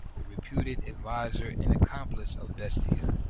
the reputed adviser and accomplice of bestia.